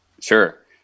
Sure